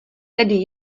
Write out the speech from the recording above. tedy